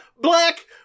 black